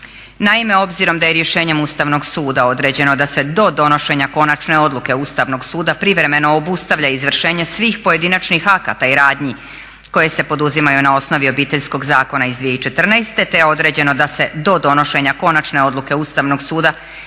Naime, obzirom da je rješenjem Ustavnog suda određeno da se do donošenja konačne odluke Ustavnog suda privremeno obustavlja izvršenje svih pojedinačnih akata i radnji koje se poduzimaju na osnovi Obiteljskog zakona iz 2014., te je određeno da se do donošenja konačne odluke Ustavnog suda